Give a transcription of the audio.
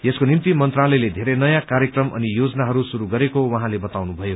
यसको निम्ति मन्त्रालयले धेरै नयाँ कार्यक्रम अनि योजनाहरू शुरू गरेको उहाँले बताउनुभयो